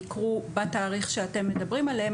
יקרו בתאריך שאתם מדברים עליו,